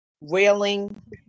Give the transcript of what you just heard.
railing